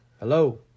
Hello